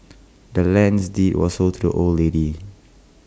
the land's deed was sold to the old lady